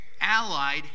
allied